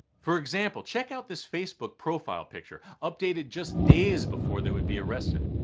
for example, check out this facebook profile picture updated just days before they would be arrested.